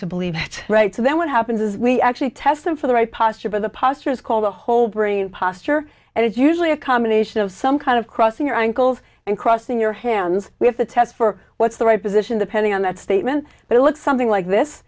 to believe that right so then what happens is we actually test them for the right posture the postures call the whole brain posture and it's usually a combination of some kind of crossing your ankles and crossing your hands we have to test for what's the right position depending on that statement but it looks something like this